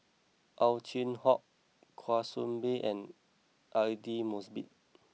Ow Chin Hock Kwa Soon Bee and Aidli Mosbit